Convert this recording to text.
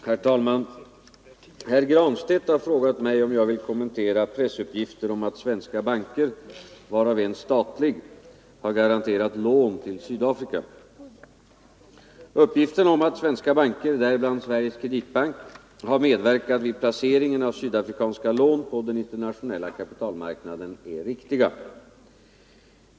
Herr talman! Herr Granstedt har frågat mig om jag vill kommentera pressuppgifter om att svenska banker — varav en statlig — garanterat lån till Sydafrika. Uppgifterna om att svenska banker, däribland Sveriges kreditbank, har medverkat vid placeringen av sydafrikanska lån på den internationella kapitalmarknaden är riktiga.